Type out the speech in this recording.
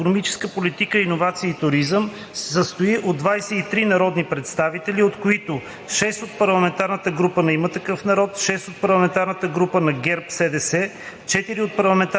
Комисията по икономическа политика, иновации и туризъм се състои от 23 народни представители, от които 6 от парламентарната група на „Има такъв народ“; 6 от парламентарната група на ГЕРБ-СДС;